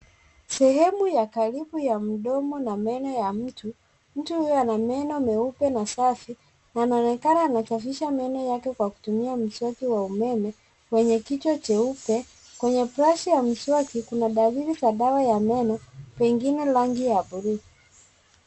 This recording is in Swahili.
Sehemu ya karibu ya mdomo na meno ya mtu. Mtu huyo ana meno meupe na safi na anaonekana anasafisha meno yake kwa kutumia mswaki wa umeme wenye kichwa cheupe. Kwenye brashi ya mswaki kuna dalili za dawa ya meno pengine rangi ya buluu.